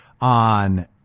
On